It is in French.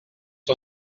son